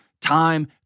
time